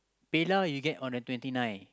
PayNow you get on the twenty nine